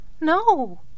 No